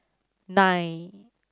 nine